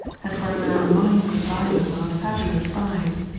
and where there are mines of diamonds of a fabulous size.